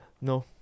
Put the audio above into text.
No